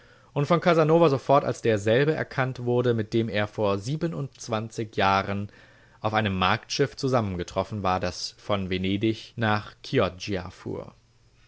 und von casanova sofort als derselbe erkannt wurde mit dem er vor siebenundzwanzig jahren auf einem marktschiff zusammengetroffen war das von venedig nach chioggia fuhr